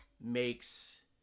makes